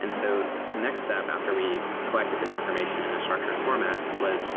and so the next step after we collected this information in a structured format was